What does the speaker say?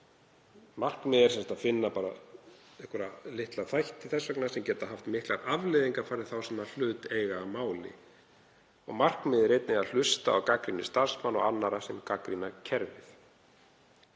Markmiðið er sem sagt að finna einhverja litla þætti sem geta haft miklar afleiðingar fyrir þá sem hlut eiga að máli. Markmiðið er einnig að hlusta á gagnrýni starfsmanna og annarra sem gagnrýna kerfið.